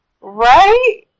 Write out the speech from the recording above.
Right